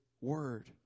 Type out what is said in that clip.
Word